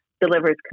delivers